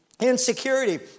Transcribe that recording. insecurity